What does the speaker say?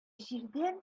җирдән